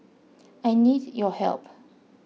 I need your help